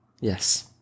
Yes